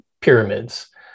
Pyramids